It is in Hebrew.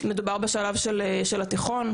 מדובר בשלב של התיכון,